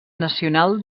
nacional